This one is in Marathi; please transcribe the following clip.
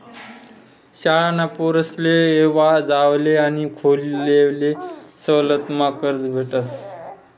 शाळाना पोरेसले येवा जावाले आणि खोली लेवाले सवलतमा कर्ज भेटस